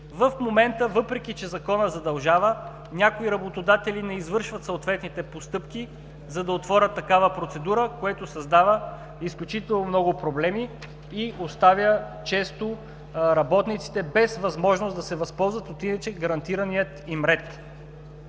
В момента, въпреки че законът задължава, някои работодатели не извършват съответните постъпки, за да отворят такава процедура, което създава изключително много проблеми, и често оставя работниците без възможност да се възползват от иначе гарантирания им ред.